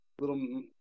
little